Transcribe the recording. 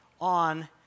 on